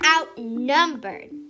outnumbered